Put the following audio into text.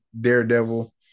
Daredevil